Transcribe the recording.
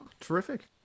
Terrific